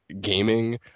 gaming